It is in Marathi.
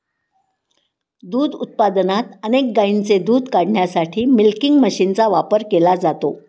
दूध उत्पादनात अनेक गायींचे दूध काढण्यासाठी मिल्किंग मशीनचा वापर केला जातो